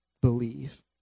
believe